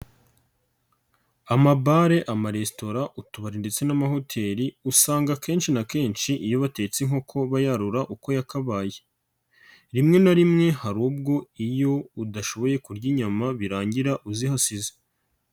Amabare, amaresitora, utubari ndetse n'amahoteri usanga a kenshi na kenshi iyo batetse inkoko bayarura uko yakabaye rimwe na rimwe hari ubwo iyo udashoboye kurya inyama birangira uzihasize.